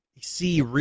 see